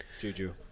Juju